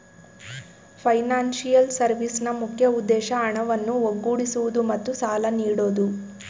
financial ಸರ್ವಿಸ್ನ ಮುಖ್ಯ ಉದ್ದೇಶ ಹಣವನ್ನು ಒಗ್ಗೂಡಿಸುವುದು ಮತ್ತು ಸಾಲ ನೀಡೋದು